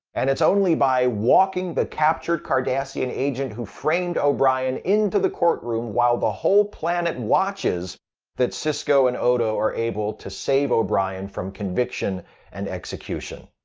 and it's only by walking the captured cardassian and agent who framed o'brien into the courtroom while the whole planet watches that sisko and odo are able to save o'brien from conviction and execution.